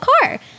car